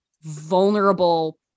vulnerable